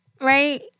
right